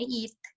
eat